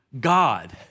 God